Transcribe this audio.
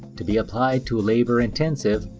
to be applied to labor intensive,